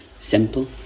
simple